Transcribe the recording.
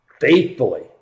Faithfully